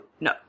no